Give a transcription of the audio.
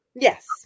Yes